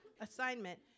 assignment